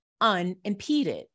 unimpeded